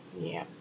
yup